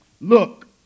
Look